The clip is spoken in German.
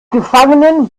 gefangenen